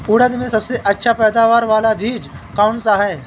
उड़द में सबसे अच्छा पैदावार वाला बीज कौन सा है?